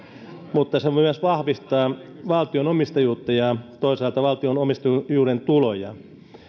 mutta se myös vahvistaa valtion omistajuutta ja toisaalta valtion omistajuuden tuloja